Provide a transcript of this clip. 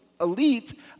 elite